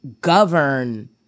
govern